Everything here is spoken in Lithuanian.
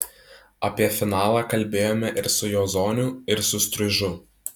apie finalą kalbėjome ir su jozoniu ir su striužu